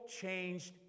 changed